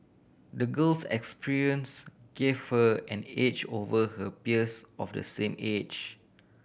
the girl's experience gave her an edge over her peers of the same age